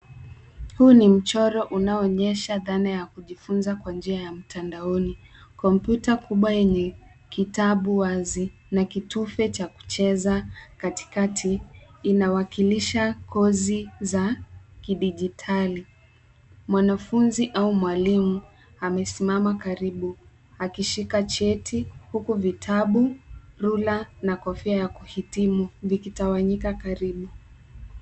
Huu ni mchoro unaonyesha dhana ya kujifunza kwa njia ya mtandaoni. Kompyuta kubwa yenye kitabu wazi na kitufe cha kucheza katikati inawakilisha kozi za kidijitali. Mwanafunzi au mwalimu amesimama karibu akishika cheti huku vitabu, rula na kofia ya kuhitimu vikitawanyika karibu.